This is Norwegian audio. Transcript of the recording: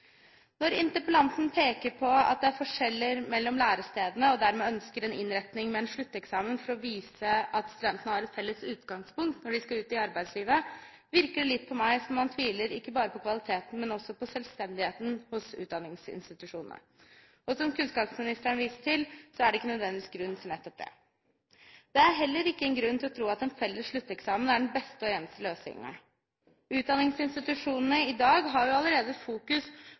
Når interpellanten peker på at det er forskjeller mellom lærestedene og dermed ønsker en innretning med en slutteksamen for å vise at studentene har et felles utgangspunkt når de skal ut i arbeidslivet, virker det for meg litt som om han ikke bare tviler på kvaliteten, men også på selvstendigheten hos utdanningsinstitusjonene. Som kunnskapsministeren viser til, er det ikke nødvendigvis grunn til det. Det er heller ingen grunn til å tro at en felles slutteksamen er den beste og eneste løsningen. Utdanningsinstitusjonene i dag har allerede fokus